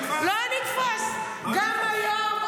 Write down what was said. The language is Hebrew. לא נתפס גם היום.